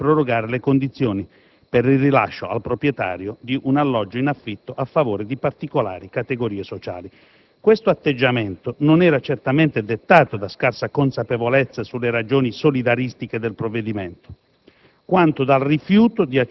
con motivazioni diverse, per prorogare le condizioni per il rilascio al proprietario di un alloggio in affitto a favore di particolari categorie sociali. Questo atteggiamento non era certamente dettato da scarsa consapevolezza sulle ragioni solidaristiche del provvedimento,